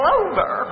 over